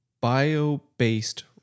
bio-based